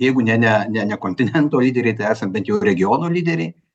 jeigu ne ne ne ne kontinento lyderiai tai esam bent jau regiono lyderiai